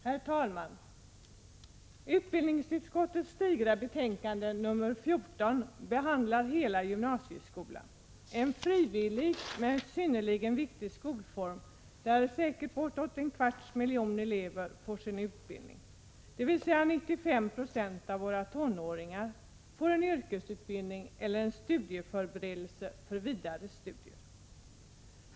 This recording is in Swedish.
Herr talman! Utbildningsutskottets digra betänkande nr 14 behandlar hela gymnasieskolan, en frivillig men synnerligen viktig skolform där säkert bortåt en kvarts miljon elever får sin utbildning, dvs. 95 96 av våra tonåringar får en yrkesutbildning eller en förberedelse för vidarestudier.